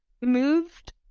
moved